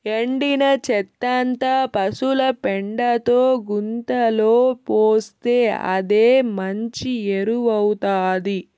ఎండిన చెత్తంతా పశుల పెండతో గుంతలో పోస్తే అదే మంచి ఎరువౌతాది